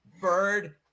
Bird